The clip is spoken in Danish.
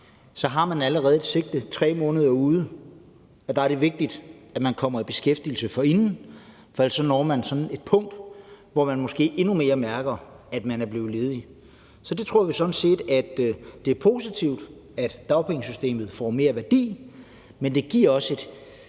ledig, allerede har et sigte 3 måneder ude i tiden, og at det er vigtigt, at man kommer i beskæftigelse forinden. For ellers når man sådan et punkt, hvor man måske endnu mere mærker, at man er blevet ledig. Så der tror vi sådan set, at det er positivt, at dagpengesystemet får mere værdi, men det giver også en